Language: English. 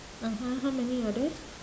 (uh huh) how many are there